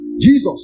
Jesus